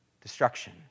destruction